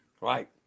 right